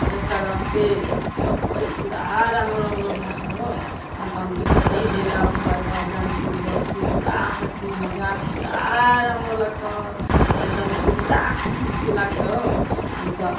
ए कराते सबै पुरा राम्रो राम्रो हुन्छ हो अनि त अनि के सबै भेला भएर जान्छु बस्छु पुरा हँसी मजाक पुरा राम्रो लाग्छ एकदमसे पुरा खुसी खुसी लाग्छ हो अनि त